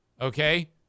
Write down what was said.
Okay